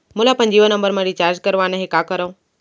मोला अपन जियो नंबर म रिचार्ज करवाना हे, का करव?